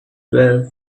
well